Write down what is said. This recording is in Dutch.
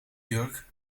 jurk